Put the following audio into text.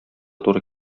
туры